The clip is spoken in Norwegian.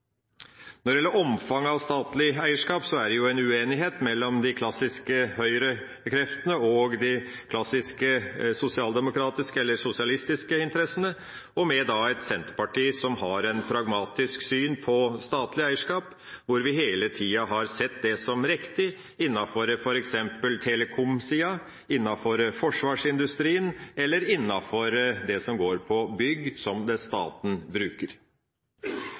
Når det gjelder omfanget av statlig eierskap, er det en uenighet mellom de klassiske høyrekreftene og de klassiske sosialdemokratiske eller sosialistiske interessene – og da med et senterparti som har et pragmatisk syn på statlig eierskap, hvor vi hele tiden har sett det som riktig innenfor f.eks. telecom-sida, innenfor forsvarsindustrien og innenfor det som går på bygg som staten bruker.